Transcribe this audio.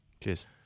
Cheers